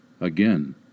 Again